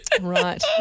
Right